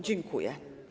Dziękuję.